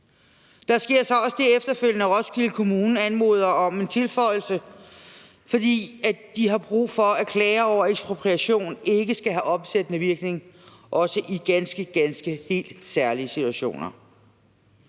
Der sker så også det efterfølgende, at Roskilde Kommune anmoder om en tilføjelse, fordi de har brug for, at klager over ekspropriation ikke skal have opsættende virkning, heller ikke i ganske, ganske særlige situationer.